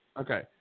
Okay